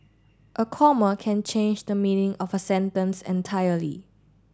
a comma can change the meaning of a sentence entirely